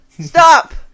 Stop